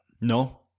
no